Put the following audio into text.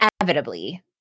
inevitably